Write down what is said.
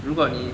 如果你